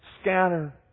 scatter